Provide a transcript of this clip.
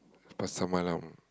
Pasar Malam